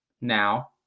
Now